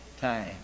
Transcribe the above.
time